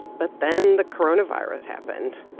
but then the coronavirus happened.